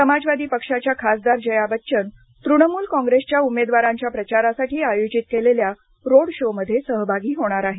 समाजवादी पक्षाच्या खासदार जया बच्चन तृणमूल कॉग्रेसच्या उमेदवारांच्या प्रचारासाठी आयोजित केलेल्या रोड शोमध्ये सहभागी होणार आहेत